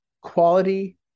quality